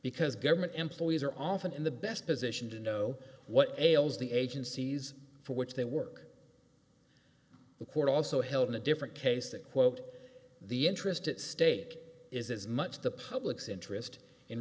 because government employees are often in the best position to know what ails the agencies for which they work the court also held in a different case that quote the interest at stake is as much the public's interest in